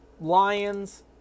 Lions